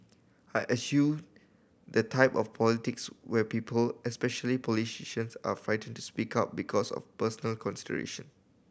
I eschew the type of politics where people especially politicians are frightened to speak up because of personal consideration